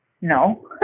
No